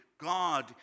God